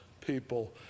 people